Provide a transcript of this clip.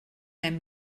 hem